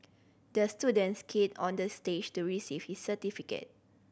the student skated on the stage to receive his certificate